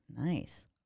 Nice